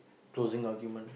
closing argument